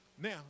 Now